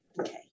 Okay